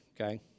okay